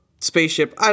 spaceship